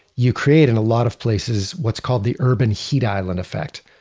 you create in a lot of places what's called the urban heat island effect.